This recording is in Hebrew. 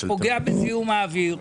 פוגע בזיהום האוויר,